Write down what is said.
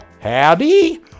howdy